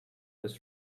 was